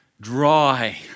dry